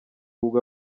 ubwo